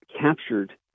captured